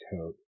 coat